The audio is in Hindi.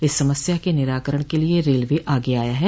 इस समस्या के निराकरण के लिये रेलवे आगे आया है